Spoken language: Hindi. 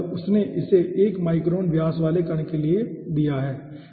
और उसने इसे 1 माइक्रोन व्यास वाले कण के लिए दिया है ठीक है